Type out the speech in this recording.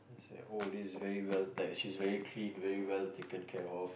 oh this is very well like she's very clean very well taken care of